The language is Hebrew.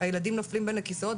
הילדים נופלים בין הכיסאות,